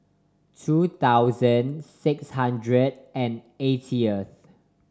two thousand six hundred and eightieth